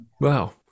wow